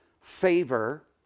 favor